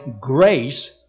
grace